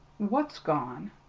what's gone?